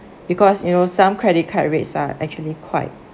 because you know some credit card rates are actually quite